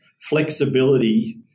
flexibility